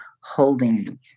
holding